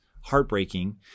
heartbreaking